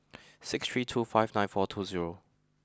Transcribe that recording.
six three two five nine four two zero